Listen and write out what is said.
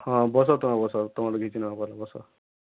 ହଁ ବସ ତ ବସ ତମର୍ ଘିଚି ନେବା ପହେଲେ ବସ